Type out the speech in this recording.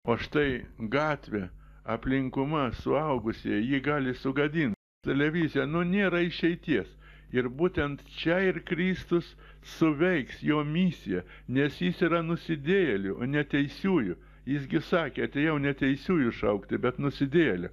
o štai gatvė aplinkuma suaugusieji jį gali sugadint televizija nu nėra išeities ir būtent čia ir kristus suveiks jo misiją nes jis yra nusidėjėlių o ne teisiųjų jis gi sakė atėjau ne teisiųjų šaukti bet nusidėjėlių